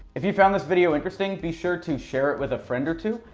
if you found this video interesting, be sure to share it with a friend or two.